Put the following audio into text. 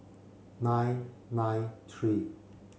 nine nine three